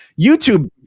YouTube